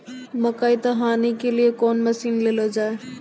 मकई तो हनी के लिए कौन मसीन ले लो जाए?